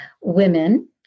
women